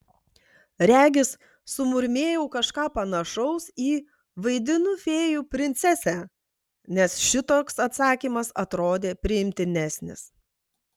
regis sumurmėjau kažką panašaus į vaidinu fėjų princesę nes šitoks atsakymas atrodė priimtinesnis